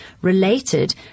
related